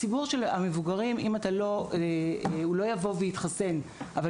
ציבור המבוגרים לא יבוא להתחסן מיוזמתו,